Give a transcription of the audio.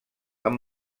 amb